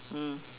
mm